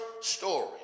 story